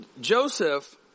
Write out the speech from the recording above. Joseph